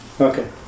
Okay